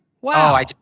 Wow